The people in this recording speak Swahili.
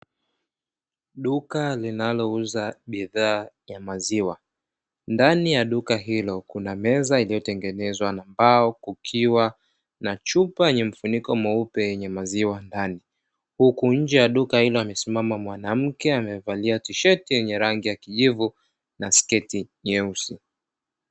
Duka linalouza bidhaa ya maziwa ndani ya duka hilo kuna meza, iliyotengenezwa na mbao kukiwa na chupa yenye mfuniko mweupe, yenye maziwa ndani huku nje ya duka hilo amesimama mwanamke amevalia tisheti yenye rangi ya kijivu na sketi nyeusi.